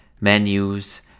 menus